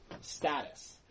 status